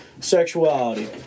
sexuality